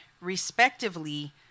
respectively